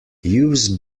use